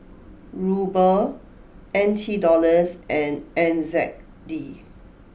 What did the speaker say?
Ruble N T Dollars and N Z D